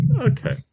Okay